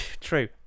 True